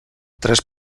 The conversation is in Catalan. tres